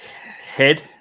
Head